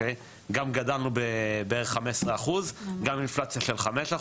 גם גדלנו ב-15% גם אינפלציה של 5%,